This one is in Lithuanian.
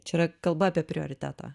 čia yra kalba apie prioritetą